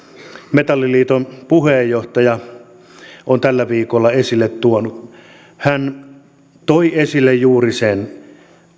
metalliliiton puheenjohtaja on tällä viikolla esille tuonut hän toi esille juuri sen